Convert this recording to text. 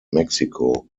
mexico